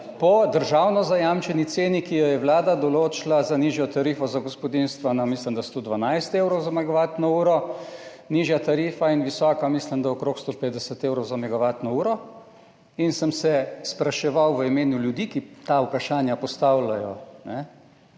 po državno zajamčeni ceni, ki jo je vlada določila za nižjo tarifo za gospodinjstva na, mislim, da 112 evrov za megavatno uro, visoka tarifa pa mislim, da je okrog 150 evrov za megavatno uro. Spraševal sem v imenu ljudi, ki postavljajo ta